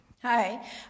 Hi